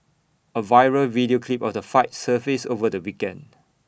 A viral video clip of the fight surfaced over the weekend